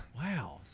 Wow